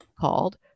called